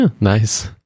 Nice